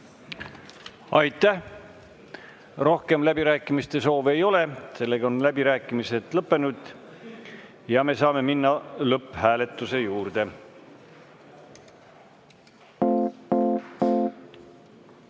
Aitäh! Rohkem läbirääkimiste soovi ei ole. Sellega on läbirääkimised lõppenud ja me saame minna lõpphääletuse juurde.